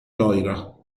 loira